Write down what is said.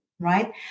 right